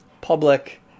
public